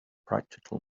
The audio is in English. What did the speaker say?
practical